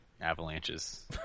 avalanches